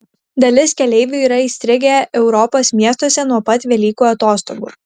dalis keleivių yra įstrigę europos miestuose nuo pat velykų atostogų